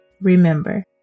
Remember